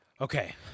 Okay